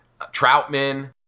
Troutman